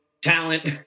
talent